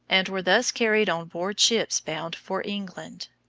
and were thus carried on board ships bound for england.